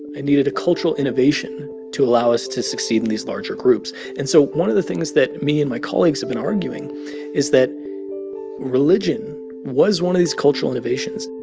and needed a cultural innovation to allow us to succeed in these larger groups. and so one of the things that me and my colleagues have been arguing is that religion was one of these cultural innovations